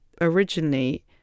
originally